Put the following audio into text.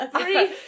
Three